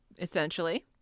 essentially